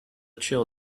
chill